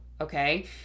Okay